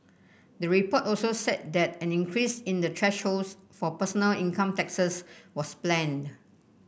the report also said that an increase in the thresholds for personal income taxes was planned